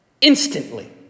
Instantly